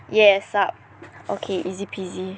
yeah 'sup okay easy peasy